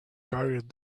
carried